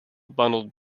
bundled